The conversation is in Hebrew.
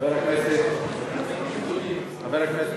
חבר הכנסת